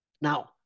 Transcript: Now